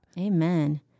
Amen